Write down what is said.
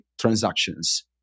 transactions